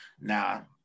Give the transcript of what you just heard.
now